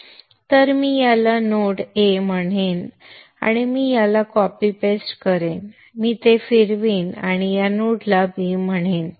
तर मी याला नोड 'a' म्हणेन आणि मी याला कॉपी पेस्ट करेन मी ते फिरवीन आणि या नोडला 'b' म्हणेन